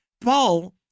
Paul